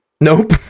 Nope